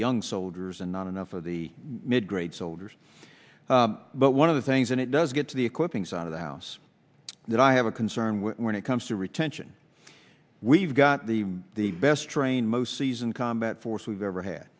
young soldiers and not enough of the mid grade soldiers but one of the things and it does get to the equipping side of the house that i have a concern when it comes to retention we've got the best trained most seasoned combat force we've ever had